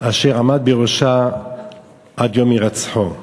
ועמד בראשה עד יום הירצחו.